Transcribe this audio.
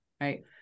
right